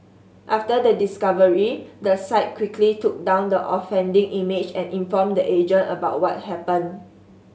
after the discovery the site quickly took down the offending image and informed the agent about what happened